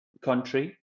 country